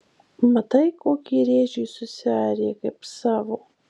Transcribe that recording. matai kokį rėžį susiarė kaip savo